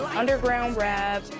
underground rap,